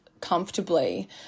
comfortably